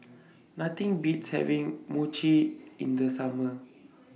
Nothing Beats having Mochi in The Summer